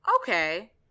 okay